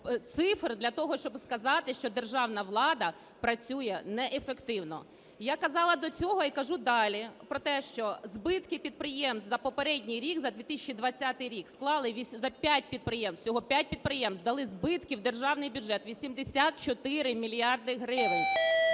цифр для того, щоб сказати, що державна влада працює неефективно? Я казала до цього і кажу далі про те, що збитки підприємств за попередній рік, за 2020 рік, п'ять підприємств, всього п'ять підприємств дали збитки в державний бюджет 84 мільярди гривень.